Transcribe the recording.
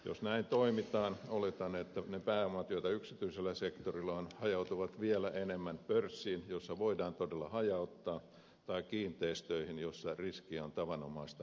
jos näin toimitaan oletan että ne pääomat joita yksityisellä sektorilla on hajautuvat vielä enemmän pörssiin jossa voidaan todella hajauttaa tai kiinteistöihin joissa riskiä on tavanomaista vähemmän